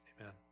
amen